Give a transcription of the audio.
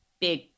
big